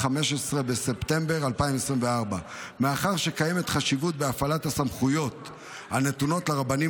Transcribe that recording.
15 בספטמבר 2024. מאחר שקיימת חשיבות בהפעלת הסמכויות הנתונות לרבנים